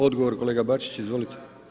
Odgovor kolega Bačić, izvolite.